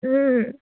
ও